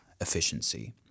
efficiency